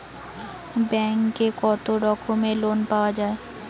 ব্যাঙ্কে কত রকমের লোন পাওয়া য়ায়?